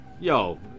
Yo